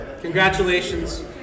congratulations